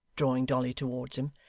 drawing dolly towards him.